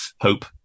hope